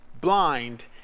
blind